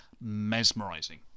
mesmerizing